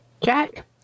Jack